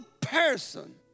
person